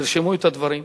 תרשמו את הדברים: